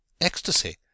ecstasy